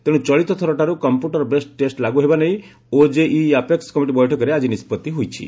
ତେଶୁ ଚଳିତ ଥରଠାରୁ କ୍ଷ୍ୟୁଟର୍ ବେସ୍ଡ ଟେଷ୍ ଲାଗୁ ହେବା ନେଇ ଓଜେଇଇ ଆପେକ୍ କମିଟି ବୈଠକରେ ଆକି ନିଷ୍ବଭି ହୋଇଛି